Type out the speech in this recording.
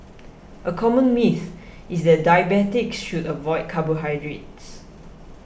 a common myth is that diabetics should avoid carbohydrates